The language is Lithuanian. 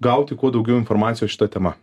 gauti kuo daugiau informacijos šita tema